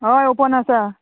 हय ओपन आसा